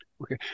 Okay